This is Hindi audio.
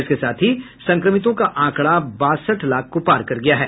इसके साथ ही संक्रमितों का आंकडा बासठ लाख को पार कर गया है